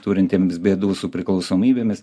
turintiems bėdų su priklausomybėmis